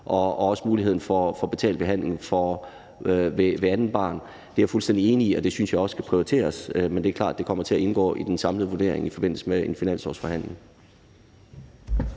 og også muligheden for betalt behandling ved andet barn. Det er jeg fuldstændig enig i, og det synes jeg også skal prioriteres, men det er klart, at det kommer til at indgå i den samlede vurdering i forbindelse med en finanslovsforhandling.